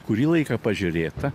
kurį laiką pažiūrėta